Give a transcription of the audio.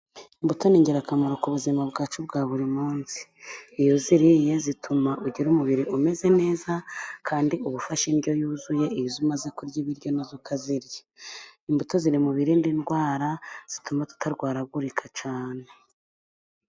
Imbuto ni ingirakamaro ku buzima bwacu bwa buri munsi, iyo uziriye zituma ugira umubiri umeze neza, kandi uba ufashe indyo yuzuye, iyo umaze kurya ibiryo na zo ukazirya. Imbuto ziri mu birinda indwara zituma tutarwaragurika cyane.